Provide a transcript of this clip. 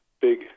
big